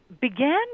began